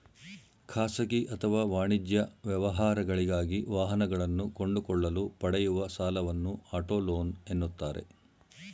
ಖಾಸಗಿ ಅಥವಾ ವಾಣಿಜ್ಯ ವ್ಯವಹಾರಗಳಿಗಾಗಿ ವಾಹನಗಳನ್ನು ಕೊಂಡುಕೊಳ್ಳಲು ಪಡೆಯುವ ಸಾಲವನ್ನು ಆಟೋ ಲೋನ್ ಎನ್ನುತ್ತಾರೆ